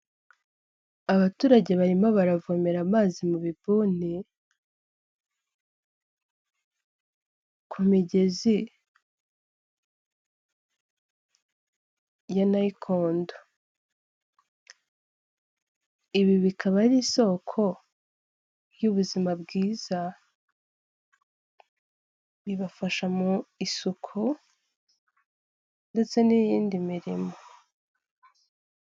Abaturage barimo baravomera amazi mu bibuni, ku migezi ya nayikondo. Ibi bikaba ari isoko y'ubuzima bwiza, bibafasha mu isuku ndetse n'iyindi mirimo.